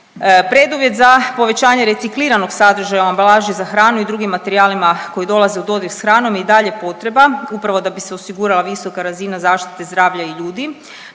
Preduvjet za povećanje recikliranog sadržaja u ambalaži za hranu i drugim materijalima koji dolaze u dodir s hranom i dalje potreba upravo da bi se osigurala visoka razine zaštite zdravlja i ljudi